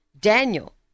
Daniel